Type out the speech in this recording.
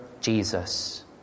Jesus